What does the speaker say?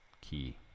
key